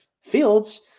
Fields